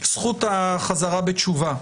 זכות החזרה בתשובה.